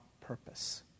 purpose